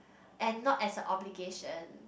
and not as a obligation